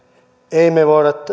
emme me me voi